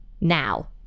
now